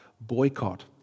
boycott